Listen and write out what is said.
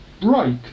break